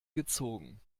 gezogen